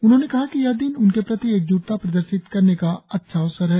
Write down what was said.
उन्होंने कहा कि यह दिन उनके प्रति एकज्टता प्रदर्शित करने का अच्छा अवसर है